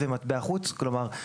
ומטבע חוץ; כלומר,